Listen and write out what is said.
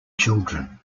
children